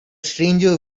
stranger